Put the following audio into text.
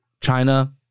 China